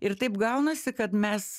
ir taip gaunasi kad mes